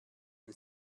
and